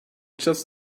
just